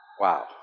Wow